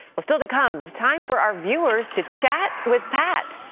but still to come. time for our viewers to chat with pat.